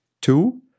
Two